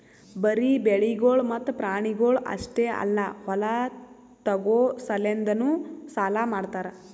ಬರೀ ಬೆಳಿಗೊಳ್ ಮತ್ತ ಪ್ರಾಣಿಗೊಳ್ ಅಷ್ಟೆ ಅಲ್ಲಾ ಹೊಲ ತೋಗೋ ಸಲೆಂದನು ಸಾಲ ಮಾಡ್ತಾರ್